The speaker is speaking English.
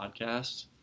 podcast